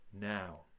now